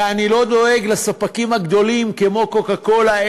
ואני לא דואג לספקים הגדולים כמו "קוקה-קולה";